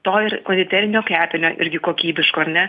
to ir konditerinio kepinio irgi kokybiško ar ne